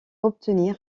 obtenir